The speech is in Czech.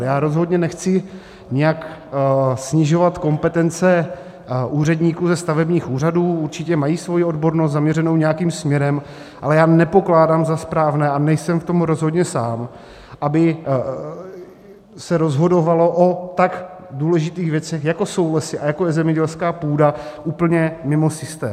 Já rozhodně nechci nijak snižovat kompetence úředníků ze stavebních úřadů, určitě mají svoji odbornost zaměřenou nějakým směrem, ale nepokládám za správné, a nejsem v tom rozhodně sám, aby se rozhodovalo o tak důležitých věcech, jako jsou lesy a jako je zemědělská půda, úplně mimo systém.